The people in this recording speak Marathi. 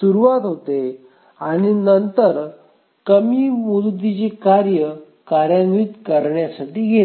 सुरवात होते आणि नंतरकमी मुदतीचे कार्य कार्यान्वित करण्यासाठी घेते